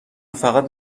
فقط